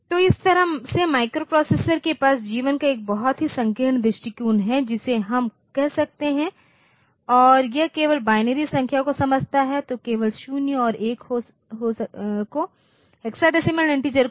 तो इस तरह से माइक्रोप्रोसेसर के पास जीवन का एक बहुत ही संकीर्ण दृष्टिकोण है जिसे हम कह सकते हैं और यह केवल बाइनरी संख्याओं को समझता है तो केवल शून्य और एक को हेक्साडेसीमल इन्टिजर को नहीं